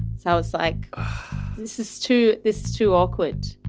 i was like this is to this too awkward.